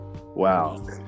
Wow